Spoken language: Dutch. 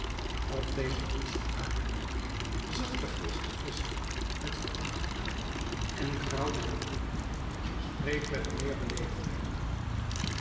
op deze toespraak zag de geest den visscher met verachting aan en graauwde hem toe spreek met meer